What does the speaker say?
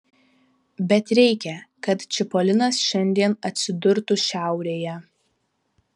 bet reikia kad čipolinas šiandien atsidurtų šiaurėje